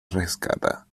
rescata